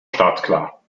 startklar